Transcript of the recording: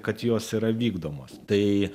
kad jos yra vykdomos tai